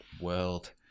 world